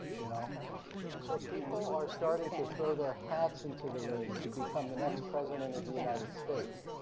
you know so people are starting to throw their hats into the ring to become the next president of the united states.